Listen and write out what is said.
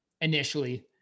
initially